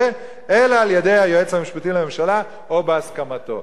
אלא על-ידי היועץ המשפטי לממשלה או בהסכמתו.